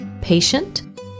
patient